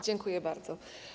Dziękuję bardzo.